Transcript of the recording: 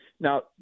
Now